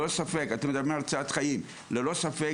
ללא ספק אתם מדברים על הצלת חיים ללא ספק